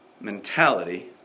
mentality